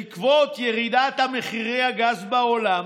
בעקבות ירידת מחירי הגז בעולם